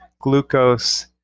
glucose